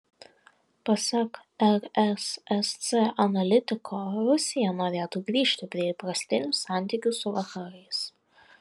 pasak resc analitiko rusija norėtų grįžti prie įprastinių santykių su vakarais